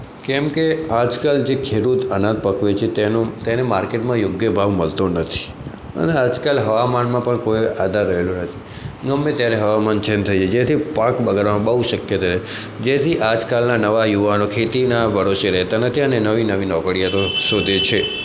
કેમકે આજકાલ જે ખેડૂત અનાજ પકવે છે તેનું તેને માર્કેટમાં યોગ્ય ભાવ મળતો નથી અને આજકાલ હવામાનમાં પણ કોઈ આધાર રહેલો નથી ગમે ત્યારે હવામાન ચેંજ થઈ જાય જેથી પાક બગાડવામાં બહુ શક્યતા રહે જેથી આજકાલના નવા યુવાનો ખેતીના ભરોસે રહેતા નથી અને નવી નવી નોકરિયાતો શોધે છે